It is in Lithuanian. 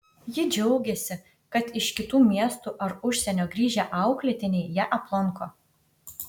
ji džiaugiasi kad iš kitų miestų ar užsienio grįžę auklėtiniai ją aplanko